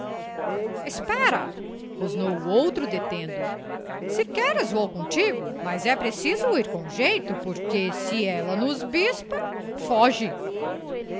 espera rosnou o outro detendo o se queres vou contigo mas é preciso ir com jeito porque se ela nos bispa foge